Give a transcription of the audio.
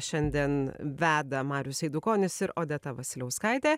šiandien veda marius eidukonis ir odeta vasiliauskaitė